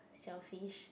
selfish